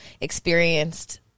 experienced